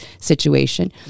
situation